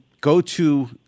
go-to